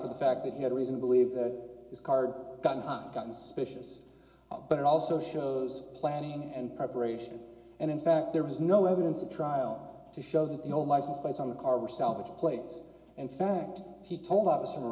not the fact that he had a reason to believe that his car got caught gotten suspicious but it also shows planning and preparation and in fact there was no evidence at trial to show that the old license plates on the car were salvaged plates and fact he told us